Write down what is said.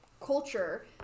Culture